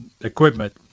equipment